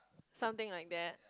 something like that